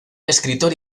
escritor